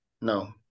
no